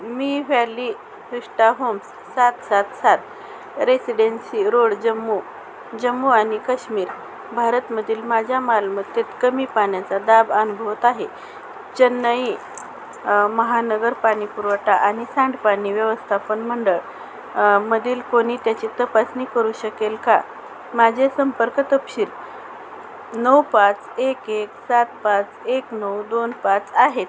मी valley हष्टा homes सात सात सात रेसिडेन्सी रोड जम्मू जम्मू आणि कश्मीर भारतमधील माझ्या मालमत्तेत कमी पाण्याचा दाब अनुभवत आहे चेन्नई महानगर पाणी पुुरवठा आणि सांडपाणी व्यवस्थापन मंडळ मधील कोणी त्याची तपासणी करू शकेल का माझे संपर्क तपशील नऊ पाच एक एक सात पाच एक नऊ दोन पाच आहेत